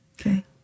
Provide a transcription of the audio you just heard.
okay